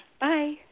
Bye